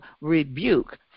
rebuke